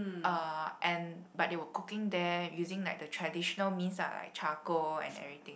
uh and but they were cooking there using like the traditional means ah like charcoal and everything